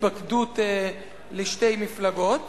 התפקדות לשתי מפלגות.